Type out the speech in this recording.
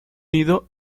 nido